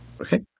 Okay